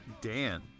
Dan